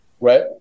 right